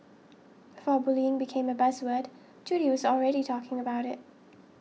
for bullying became a buzz word Judy was already talking about it